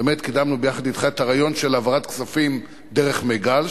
באמת קידמנו יחד אתך את הרעיון של העברת כספים דרך מיג"ל,